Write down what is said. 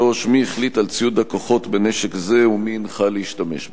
3. מי החליט על ציוד הכוחות בנשק זה ומי הנחה להשתמש בו?